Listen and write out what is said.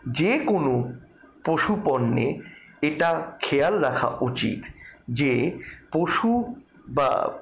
যে কোনো পশু পণ্যে এটা খেয়াল রাখা উচিৎ যে পশু বা